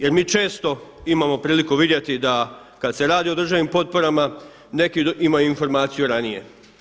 Jer mi često imamo priliku vidjeti da kada se radi o državnim potporama neki imaju informaciju ranije.